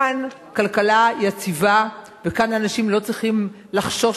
כאן הכלכלה יציבה וכאן אנשים לא צריכים לחשוש